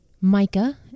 Micah